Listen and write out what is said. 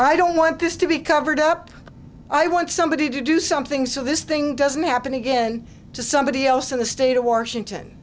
i don't want this to be covered up i want somebody to do something so this thing doesn't happen again to somebody else in the state of washington